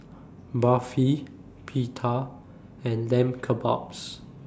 Barfi Pita and Lamb Kebabs